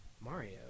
Mario